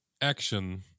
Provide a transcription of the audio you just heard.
action